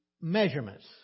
measurements